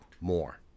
more